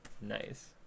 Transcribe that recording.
nice